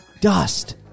Dust